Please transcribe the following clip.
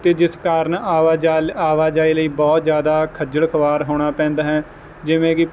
ਅਤੇ ਜਿਸ ਕਾਰਨ ਆਵਾਜਾਲ ਆਵਾਜਾਈ ਲਈ ਬਹੁਤ ਜ਼ਿਆਦਾ ਖੱਜਲ ਖਵਾਰ ਹੋਣਾ ਪੈਂਦਾ ਹੈ ਜਿਵੇਂ ਕਿ